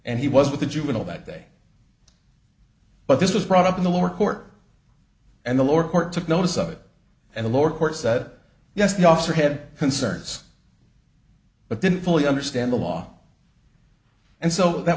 and he was with the juvenile that day but this was brought up in the lower court and the lower court took notice of it and the lower court said yes the officer had concerns but didn't fully understand the law and so that